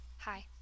Hi